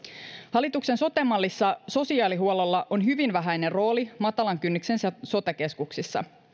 hallituksen sote mallissa sosiaalihuollolla on hyvin vähäinen rooli matalan kynnyksen sote keskuksissa